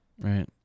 Right